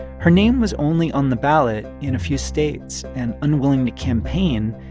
her name was only on the ballot in a few states. and, unwilling to campaign,